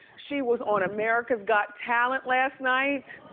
she was on america's got talent last night,